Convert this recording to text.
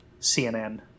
cnn